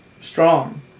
strong